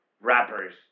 rappers